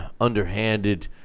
underhanded